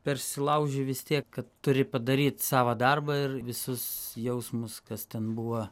persilauži vis tiek kad turi padaryt savo darbą ir visus jausmus kas ten buvo